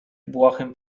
błahym